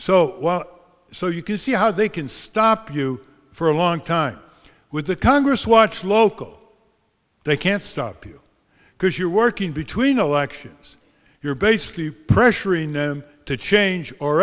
so so you can see how they can stop you for a long time with the congress watch local they can't stop you because you're working between elections you're basically pressuring them to change or